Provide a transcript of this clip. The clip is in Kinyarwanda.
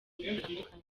bikorwa